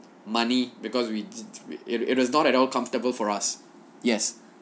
money because we it is it is not at all comfortable for us yes